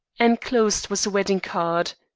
enclosed was a wedding-card.